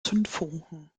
zündfunken